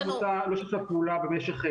פה שתי